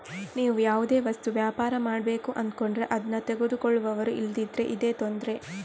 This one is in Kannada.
ನೀವು ಯಾವುದೋ ವಸ್ತು ವ್ಯಾಪಾರ ಮಾಡ್ಬೇಕು ಅಂದ್ಕೊಂಡ್ರು ಅದ್ನ ತಗೊಳ್ಳುವವರು ಇಲ್ದಿದ್ರೆ ಇದೇ ತೊಂದ್ರೆ